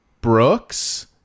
Brooks